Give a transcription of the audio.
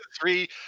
three